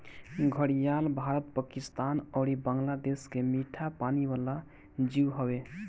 घड़ियाल भारत, पाकिस्तान अउरी बांग्लादेश के मीठा पानी वाला जीव हवे